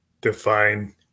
define